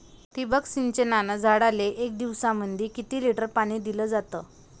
ठिबक सिंचनानं झाडाले एक दिवसामंदी किती लिटर पाणी दिलं जातं?